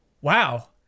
wow